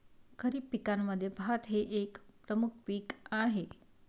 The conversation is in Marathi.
खरीप पिकांमध्ये भात हे एक प्रमुख पीक आहे